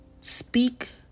speak